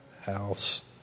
house